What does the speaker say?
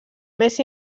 més